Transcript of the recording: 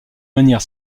manière